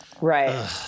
Right